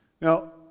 Now